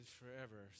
forever